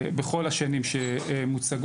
בכל השנים שמוצגות.